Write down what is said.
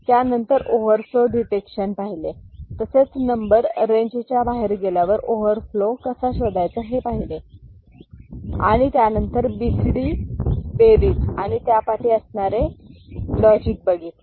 त्यानंतर overflow detection पाहिले तसेच नंबर रेंजच्या बाहेर गेल्यावर ओवरफ्लो कसा शोधायचा हे पाहिले आणि त्यानंतर बी सी डी बेरीज आणि त्यापाठी असणारे लॉजिक बघितले